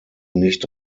nicht